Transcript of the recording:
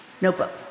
notebook